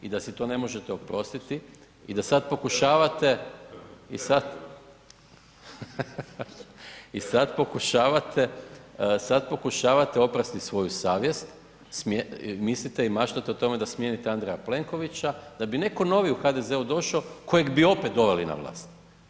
I da si to ne možete oprostiti i da sada pokušavate… ... [[Upadica se ne čuje.]] I sad, i sad pokušavate, sad pokušavate oprati svoju savjest, mislite i maštate o tome da smijenite Andreja Plenkovića da bi netko novi u HDZ-u došao kojeg bi opet doveli na vlast.